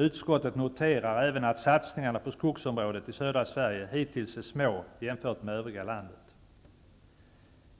Utskottet noterar även att satsningarna på skogsområdet i södra Sverige hittills är små jämfört med satsningar i övriga landet.